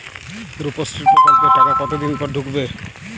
রুপশ্রী প্রকল্পের টাকা কতদিন পর ঢুকবে?